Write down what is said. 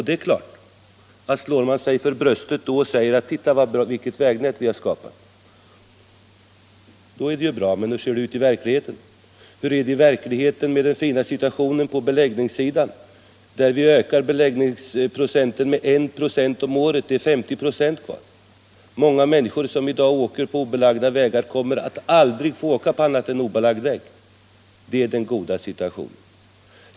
Det är klart att man då kan slå sig för bröstet och säga: Se, vilket vägnät vi har skapat! Men hur ser det ut i verkligheten? Hur är det med den fina situationen på beläggningssidan, där vi ökar beläggningsprocenten med 196 om året och där det är 50 96 kvar? Många människor åker i dag på obelagda vägar och kommer aldrig att få åka på annat än obelagd väg. Det är den goda situationen.